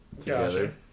together